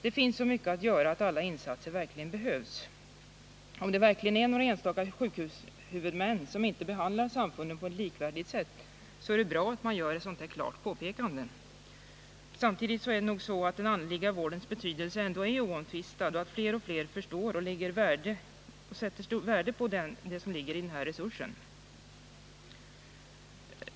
Det finns så mycket att göra att alla insatser verkligen behövs. Om det finns några enstaka sjukvårdshuvudmän som inte behandlar samfunden på ett likvärdigt sätt, så är det bra att man gör ett sådant här klart påpekande. Den andliga vårdens betydelse är oomtvistad, och fler och fler förstår och uppskattar det stora värde som ligger i denna resurs.